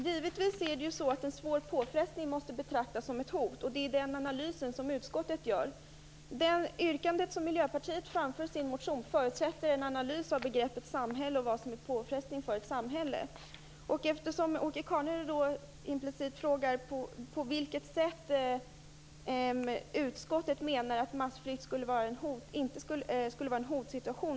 Herr talman! Givetvis måste en svår påfrestning betraktas som ett hot. Det är den analysen som utskottet gör. I det yrkande som Miljöpartiet framför i sin motion förutsätts en analys av begreppet samhälle och av vad som är en påfrestning för ett samhälle. Åke Carnerö frågar implicit på vilket sätt utskottet menar att massflykt skulle vara en hotsituation.